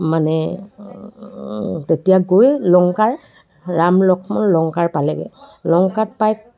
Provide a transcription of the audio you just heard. মানে তেতিয়া গৈ লংকাৰ ৰাম লক্ষ্মণ লংকাৰ পালেগৈ লংকাত পাই